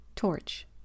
Torch